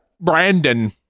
Brandon